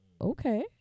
okay